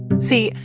see,